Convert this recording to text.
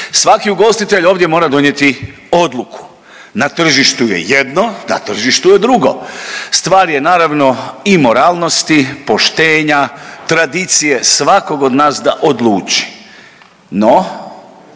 Svaki ugostitelj ovdje mora donijeti odluku. Na tržištu je jedno, na tržištu je drugo. Stvar je naravno i moralnosti, poštenja, tradicije svakog od nas da odluči. No